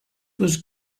was